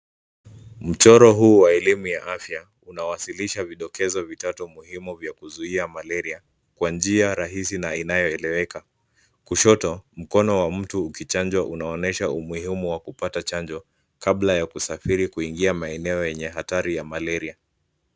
Mchoro huu wa elimu ya afya unawasilisha vidokezo vitatu muhimu vya kuzuia malaria kwa njia rahisi na inayoeleweka. Kushoto, mkono wa mtu ukichanjwa unaonyesha umuhimu wa kupata chanjo kabla ya kusafiri kuingia maeneo yenye hatari ya malaria.